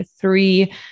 three